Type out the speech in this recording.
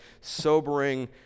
sobering